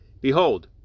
Behold